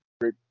great